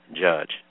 judge